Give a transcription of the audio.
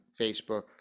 Facebook